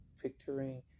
picturing